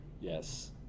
Yes